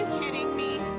kidding me?